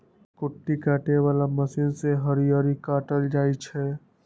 कुट्टी काटे बला मशीन से हरियरी काटल जाइ छै